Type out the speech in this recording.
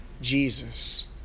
Jesus